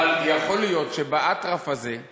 אבל יכול להיות שבאטרף הזה,